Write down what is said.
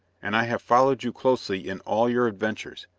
and i have followed you closely in all your adventures,